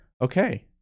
Okay